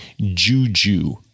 juju